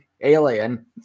Alien